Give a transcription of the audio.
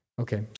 Okay